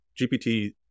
GPT